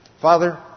Father